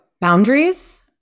Boundaries